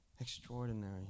extraordinary